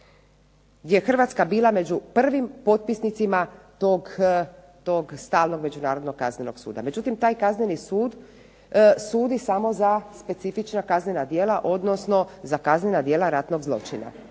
gdje je Hrvatska bila među prvim potpisnicima tog stalnog Međunarodnog kaznenog suda. Međutim, taj kazneni sud sudi samo za specifična kaznena djela, odnosno za kaznena djela ratnog zločina.